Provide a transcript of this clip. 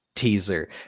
teaser